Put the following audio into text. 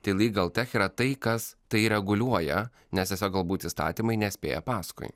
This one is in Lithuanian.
tai lygltech yra tai kas tai reguliuoja nes esą galbūt įstatymai nespėja paskui